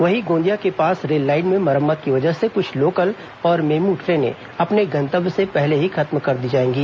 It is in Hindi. वहीं गोदिया के पास रेललाइन में मरम्मत की वजह से क्छ लोकल और मेमू ट्रेनें अपने गंतव्य से पहले ही खत्म कर दी जाएंगी